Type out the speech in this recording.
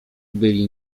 byli